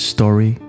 Story